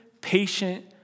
patient